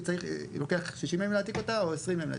לוקחת 60 ימים או 20 ימים,